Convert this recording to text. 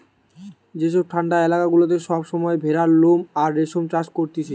যেসব ঠান্ডা এলাকা গুলাতে সব সময় ভেড়ার লোম আর রেশম চাষ করতিছে